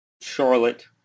Charlotte